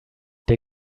der